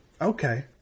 Okay